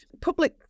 public